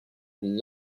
and